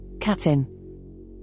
captain